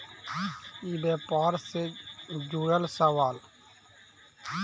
ई व्यापार से जुड़ल सवाल?